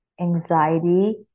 anxiety